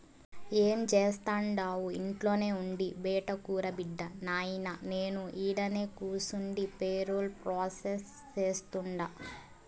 ఏం జేస్తండావు ఇంట్లోనే ఉండి బైటకురా బిడ్డా, నాయినా నేను ఈడనే కూసుండి పేరోల్ ప్రాసెస్ సేస్తుండా